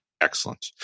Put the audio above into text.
Excellent